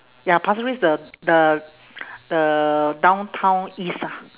ya pasir ris the the the downtown east ah